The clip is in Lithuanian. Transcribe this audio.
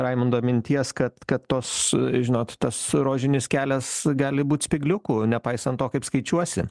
raimundo minties kad kad tos žinot tas rožinis kelias gali būt spygliukų nepaisant to kaip skaičiuosi